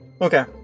Okay